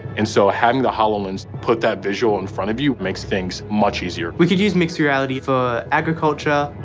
and so having the hololens put that visual in front of you makes things much easier. we could use mixed reality for agriculture.